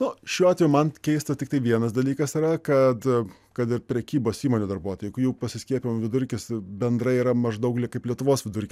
nu šiuo atveju man keista tiktai vienas dalykas yra kad kad ir prekybos įmonių darbuotojai juk jų pasiskiepijimo vidurkis bendrai yra maždaug kaip lietuvos vidurkis